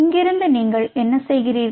இங்கிருந்து நீங்கள் என்ன செய்கிறீர்கள்